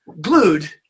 glued